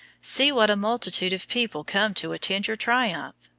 see what a multitude of people come to attend your triumph,